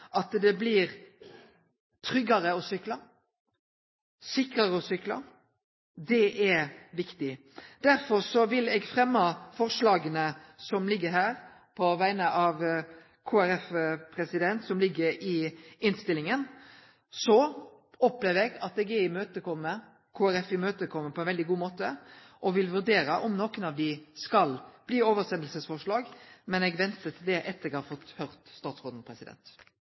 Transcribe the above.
det blir tryggare å sykle, sikrare å sykle. Det er viktig. Derfor vil eg fremme forslaga som ligg i innstillinga på vegner av Kristeleg Folkeparti. Så opplever eg at ein har kome Kristeleg Folkeparti i møte på ein veldig god måte, og eg vil vurdere om nokre av forslaga skal bli oversendingsforslag. Men eg ventar med det til eg har hørt statsråden.